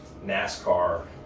nascar